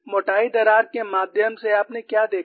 मोटाई दरार के माध्यम से आपने क्या देखा